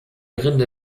rinde